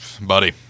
buddy